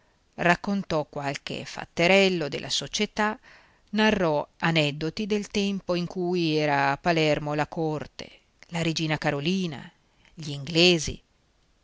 raccontò qualche fatterello della società narrò aneddoti del tempo in cui era a palermo la corte la regina carolina gli inglesi